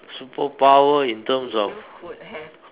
superpower in terms of